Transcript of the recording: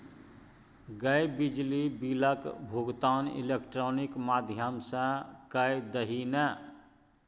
गै बिजली बिलक भुगतान इलेक्ट्रॉनिक माध्यम सँ कए दही ने